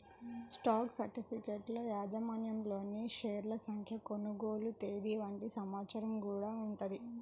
stock సర్టిఫికెట్లలో యాజమాన్యంలోని షేర్ల సంఖ్య, కొనుగోలు తేదీ వంటి సమాచారం గూడా ఉంటది